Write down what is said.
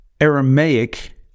Aramaic